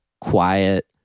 quiet